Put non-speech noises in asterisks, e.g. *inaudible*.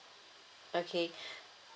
okay *breath*